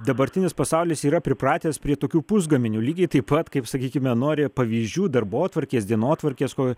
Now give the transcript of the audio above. dabartinis pasaulis yra pripratęs prie tokių pusgaminių lygiai taip pat kaip sakykime nori pavyzdžių darbotvarkės dienotvarkės ko